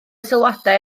sylwadau